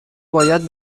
باید